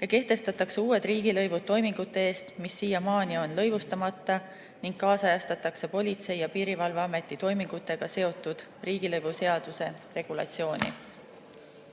ja kehtestatakse uued riigilõivud toimingute eest, mis siiamaani on lõivustamata, ning ajakohastatakse Politsei- ja Piirivalveameti toimingutega seotud riigilõivuseaduse regulatsiooni.